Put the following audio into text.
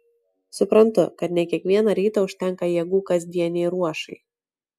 suprantu kad ne kiekvieną rytą užtenka jėgų kasdienei ruošai